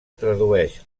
tradueix